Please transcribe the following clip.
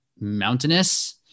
mountainous